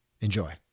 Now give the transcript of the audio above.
Enjoy